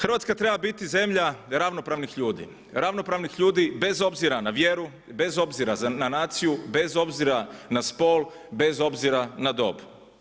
Hrvatska treba biti zemlja ravnopravnih ljudi, ravnopravnih ljudi bez obzira na vjeru, bez obzira na naciju, bez obzira na spol, bez obzira na dob.